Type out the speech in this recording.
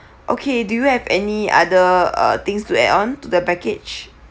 okay do you have any other uh things to add on to the package